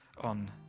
on